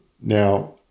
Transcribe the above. Now